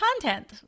content